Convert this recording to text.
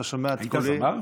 אתה שומע את קולי, היית זמר?